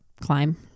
climb